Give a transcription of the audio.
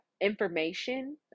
information